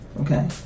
Okay